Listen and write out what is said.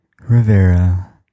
Rivera